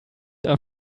are